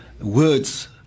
words